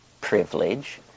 privilege